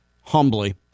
humbly